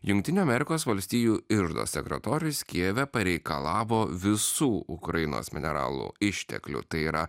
jungtinių amerikos valstijų iždo sekretorius kijeve pareikalavo visų ukrainos mineralų išteklių tai yra